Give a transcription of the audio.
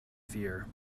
fear